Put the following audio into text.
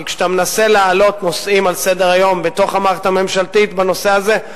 כי כשאתה מנסה להעלות על סדר-היום במערכת הממשלתית את הנושא הזה,